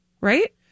Right